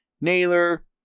Naylor